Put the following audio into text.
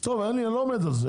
טוב אני לא עומד על זה,